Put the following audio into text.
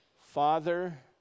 Father